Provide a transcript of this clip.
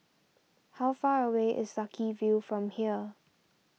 how far away is Sucky View from here